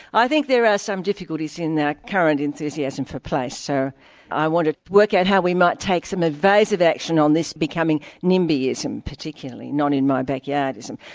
i think there are some difficulties in our current enthusiasm for place. so i want to work out how we might take some evasive action on this becoming nimbyism particularly, not in my backyard-ism.